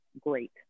great